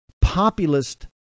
populist